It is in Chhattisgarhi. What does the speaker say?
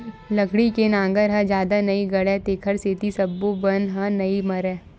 लकड़ी के नांगर ह जादा नइ गड़य तेखर सेती सब्बो बन ह नइ मरय